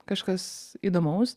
kažkas įdomaus